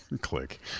Click